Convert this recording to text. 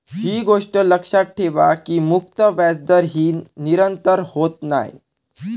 ही गोष्ट लक्षात ठेवा की मुक्त व्याजदर ही निरंतर होत नाय